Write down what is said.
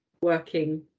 working